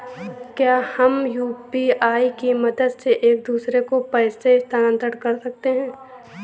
क्या हम यू.पी.आई की मदद से एक दूसरे को पैसे स्थानांतरण कर सकते हैं?